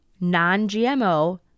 non-GMO